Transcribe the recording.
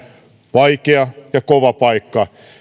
vaikea ja kova paikka